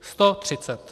Sto třicet.